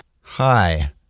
Hi